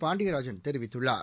பாண்டியராஜன் தெரிவித்துள்ளார்